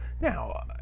now